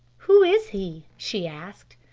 who is he? she asked.